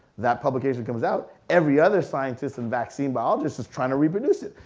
that publication comes out, every other scientist and vaccine biologist is trying to reproduce it.